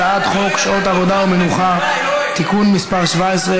הצעת חוק שעות עבודה ומנוחה (תיקון מס' 17),